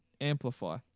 amplify